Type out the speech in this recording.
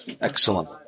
Excellent